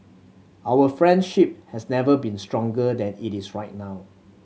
our friendship has never been stronger than it is right now